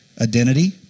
Identity